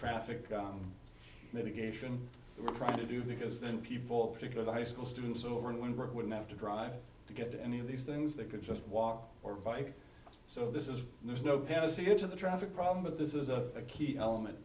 traffic mitigation we're trying to do because then people particularly high school students over and when brooke would have to drive to get to any of these things they could just walk or bike so this is there's no panacea to the traffic problem of this is a key element